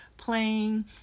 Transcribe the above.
playing